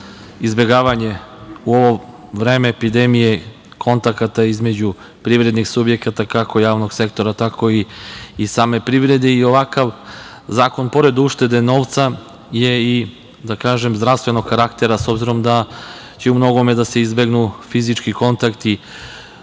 izbegavanje, u ovo vreme epidemije, kontakata između privrednih subjekata kako javnog sektora, tako i same privrede. Ovakav zakon, pored uštede novca je i zdravstvenog karaktera, s obzirom da će u mnogome da se izbegnu fizički kontakti